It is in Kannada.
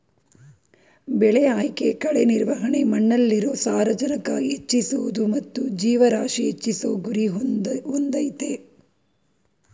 ಬೆಳೆ ಆಯ್ಕೆ ಕಳೆ ನಿರ್ವಹಣೆ ಮಣ್ಣಲ್ಲಿರೊ ಸಾರಜನಕ ಹೆಚ್ಚಿಸೋದು ಮತ್ತು ಜೀವರಾಶಿ ಹೆಚ್ಚಿಸೋ ಗುರಿ ಹೊಂದಯ್ತೆ